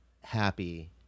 happy